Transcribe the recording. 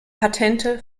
patente